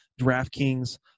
DraftKings